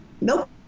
nope